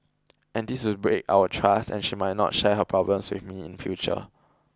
and this would break our trust and she might not share her problems with me in future